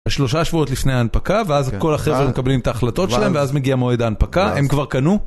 שלושה שבועות לפני ההנפקה ואז כל החבר'ה מקבלים את ההחלטות שלהם ואז מגיע מועד ההנפקה, הם כבר קנו.